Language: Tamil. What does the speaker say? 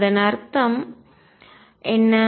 அதன் அர்த்தம் என்ன